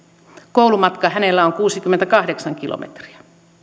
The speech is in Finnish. koulumatka hänellä on kuusikymmentäkahdeksan kilometriä